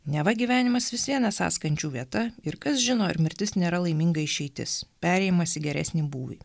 neva gyvenimas vis vien esąs kančių vieta ir kas žino ar mirtis nėra laiminga išeitis perėjimas į geresnį būvį